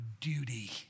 duty